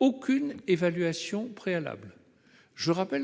ou évaluation préalable.